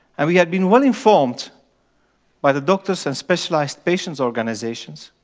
and we had been well informed by the doctors and specialized patients organizations